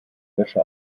wäsche